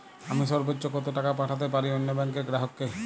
আমি সর্বোচ্চ কতো টাকা পাঠাতে পারি অন্য ব্যাংক র গ্রাহক কে?